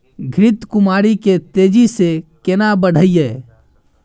घृत कुमारी के तेजी से केना बढईये?